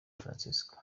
francisco